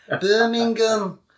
Birmingham